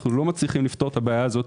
אנו לא מצליחים לפתור את הבעיה הזו.